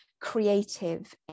creative